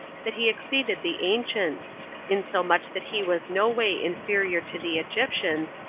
that he exceeded the ancients insomuch that he was no way inferior to the egyptians,